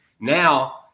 Now